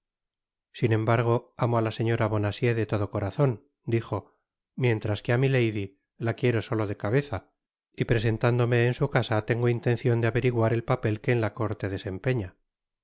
sin embargo amo á la señora bonacieux de corazon dijo mientras que á milady la quiero solo de cabeza y presentándome en su casa tengo intencion de averiguar el papel que en la corte desempeña